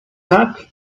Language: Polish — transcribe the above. tak